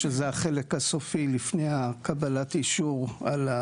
שזה החלק הסופי לפני קבלת האישור על,